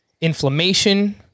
inflammation